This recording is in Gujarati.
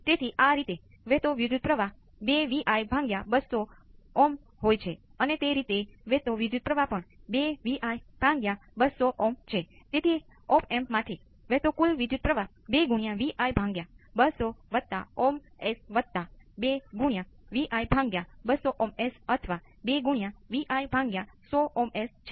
તેથી આ પણ સરળતાથી ઓળખી શકાય છે